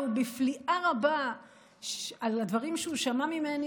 ועם פליאה רבה על הדברים שהוא שמע ממני